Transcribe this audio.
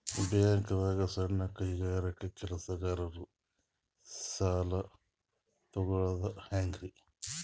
ಬ್ಯಾಂಕ್ದಾಗ ಸಣ್ಣ ಕೈಗಾರಿಕಾ ಕೆಲಸಗಾರರು ಸಾಲ ತಗೊಳದ್ ಹೇಂಗ್ರಿ?